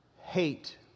hate